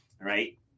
right